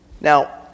Now